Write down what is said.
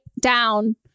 down